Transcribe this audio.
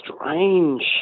strange